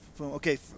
okay